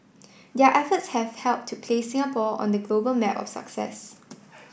their efforts have helped to place Singapore on the global map of success